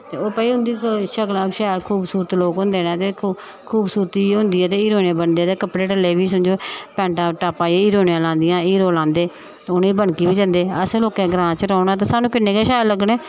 ते ओह् भाई उं'दी शकलां बी शैल खूबसूरत लोक होंदे न ते खूबसूरती होंदी ऐ ते हीरोइना बनदे ते कपड़े टल्ले बी समझो पैंटा टापां हीरोइनां लांदियां हीरो लांदे ते उ'नेंगी बनकी बी जंदे असें लोकें ग्रां च रौह्ना ते सानू किन्ने गै शैल लग्गने